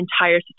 entire